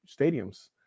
stadiums